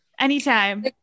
Anytime